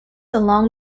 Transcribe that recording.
along